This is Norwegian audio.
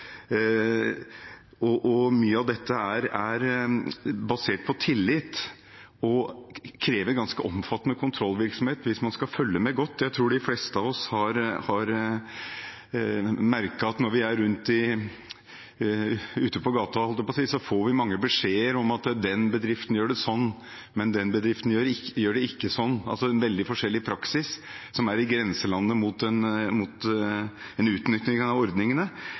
Mye av dette er basert på tillit og krever ganske omfattende kontrollvirksomhet hvis man skal følge godt med. Jeg tror de fleste av oss har merket at vi, når vi går rundt ute på gata, får mange beskjeder om at den bedriften gjør det sånn, mens den bedriften ikke gjør det sånn. Det er altså veldig mye forskjellig praksis som er i grenselandet mot en utnytting av ordningene.